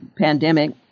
pandemic